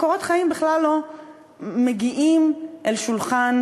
קורות החיים בכלל לא מגיעים אל שולחן